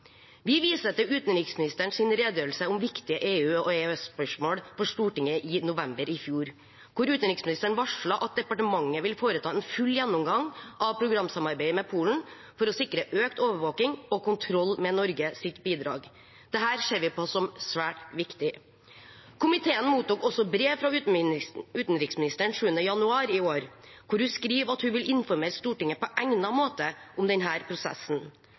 Vi viser til utenriksministerens redegjørelse om viktige EU- og EØS-spørsmål for Stortinget i november i fjor, der utenriksministeren varslet at departementet vil foreta en full gjennomgang av programsamarbeidet med Polen for å sikre økt overvåking og kontroll med Norges bidrag. Dette ser vi på som svært viktig. Komiteen mottok også brev fra utenriksministeren den 7. januar i år, hvor hun skriver at hun vil informere Stortinget på egnet måte om denne prosessen.